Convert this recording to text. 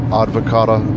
advocata